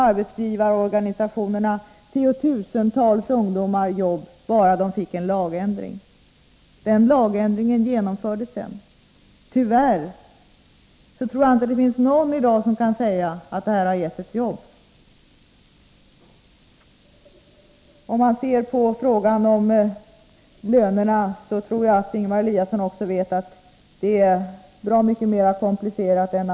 Arbetsgivarorganisationerna lovade att ge tiotusentals ungdomar jobb bara de fick en lagändring. Den lagändringen genomfördes sedan. Tyvärr tror jag inte att någon i dag kan säga att den har skapat några jobb. Ser man på frågan om lönerna tror jag att också Ingemar Eliasson vet att problemen är mer komplicerade än så.